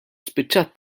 spiċċat